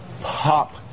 pop